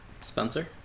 Spencer